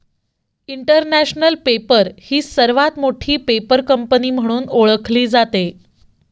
international Paper ही सर्वात मोठी पेपर कंपनी म्हणून ओळखली जाते